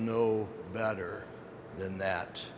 know better than that